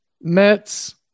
Mets